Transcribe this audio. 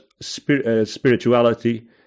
spirituality